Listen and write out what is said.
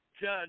judge